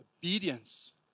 obedience